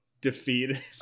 defeated